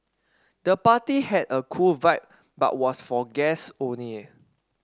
the party had a cool vibe but was for guests only